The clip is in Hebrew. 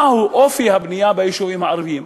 מהו אופי הבנייה ביישובים הערביים.